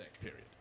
Period